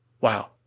Wow